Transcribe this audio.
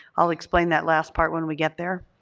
i'll explain that last part when we get there.